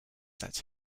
that